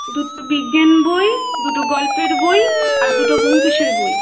দুটো বিজ্ঞান বই দুটো গল্পের বই আর দুটো ব্যোমকেশের বই